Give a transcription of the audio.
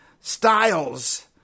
styles